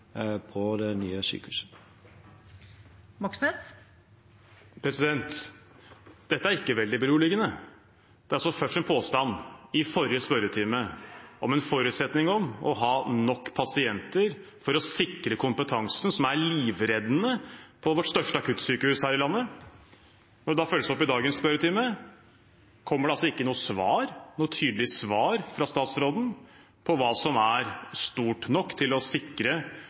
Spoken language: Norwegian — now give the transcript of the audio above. på det nye sykehuset. Det åpnes for oppfølgingsspørsmål – Bjørnar Moxnes. Dette er ikke veldig beroligende. Det er først en påstand i forrige spørretime om at forutsetningen er å ha nok pasienter for å sikre kompetansen, som er livreddende, på landets største akuttsykehus. Når det følges opp i dagens spørretime, kommer det ikke noe tydelig svar fra statsråden på hva som er stort nok til å sikre